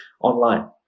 online